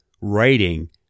writing